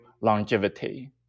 longevity